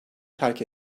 terk